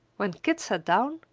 when kit sat down,